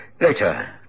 Later